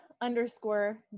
underscore